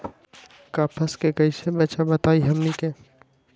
कपस से कईसे बचब बताई हमनी के?